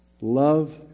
Love